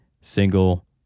single